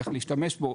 איך להשתמש בו.